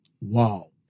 Wow